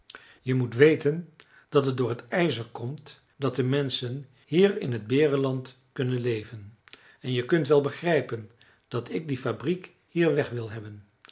je moet weten dat het door het ijzer komt dat de menschen hier in het berenland kunnen leven en je kunt wel begrijpen dat ik die fabriek hier weg wil hebben